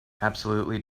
absolutely